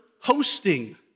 hosting